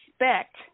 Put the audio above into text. respect